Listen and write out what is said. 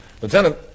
Lieutenant